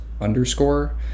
underscore